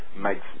makes